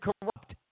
corrupt